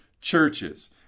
churches